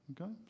okay